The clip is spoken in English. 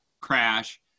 crash